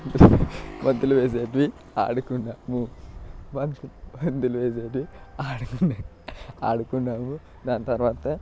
బంతులు వేసేవి ఆడుకున్నాము బంతులు వేసేవి ఆడుకున్న ఆడుకున్నాము దాని తరువాత